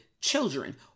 children